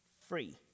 free